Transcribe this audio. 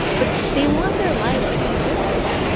but they want their lives to be different,